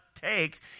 takes